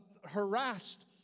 harassed